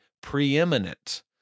preeminent